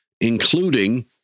including